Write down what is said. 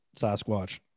Sasquatch